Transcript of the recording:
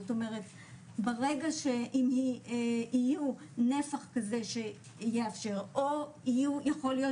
זאת אומרת ברגע יהיו נפח כזה שיאפשר או יהיו יכול להיות